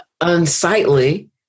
unsightly